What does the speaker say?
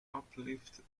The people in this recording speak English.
uplift